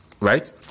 right